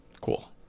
Cool